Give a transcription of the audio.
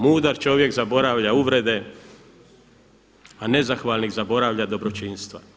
Mudar čovjek zaboravlja uvrede a nezahvalnik zaboravlja dobročinstva.